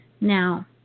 Now